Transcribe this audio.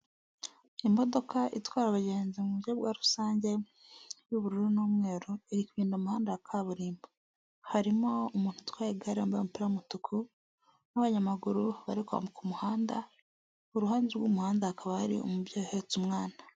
Imodoka itwara abagenzi mu buryo bwa rusange y'ubururu n'umweru irihanda ya kaburimbo, harimo umuntu utwaye igare wambaye umupira w'umutuku n'abanyamaguru bari kwambuka umuhanda, ku ruhande rw'umuhanda hakaba hari umubyeyi uhetse umwana.